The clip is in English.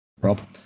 Rob